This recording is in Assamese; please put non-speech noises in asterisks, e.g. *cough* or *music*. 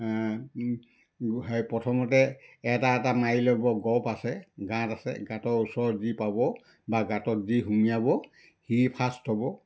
*unintelligible* প্ৰথমতে এটা এটা মাৰি ল'ব গপ আছে গাঁত আছে গাঁতৰ ওচৰৰ যি পাব বা গাঁতত যি সোমোৱাব সি ফাৰ্ষ্ট হ'ব